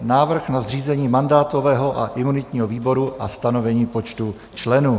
Návrh na zřízení mandátového a imunitního výboru a stanovení počtu členů